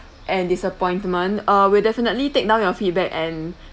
and disappointment uh we'll definitely take down your feedback and